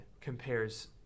compares